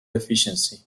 efficiency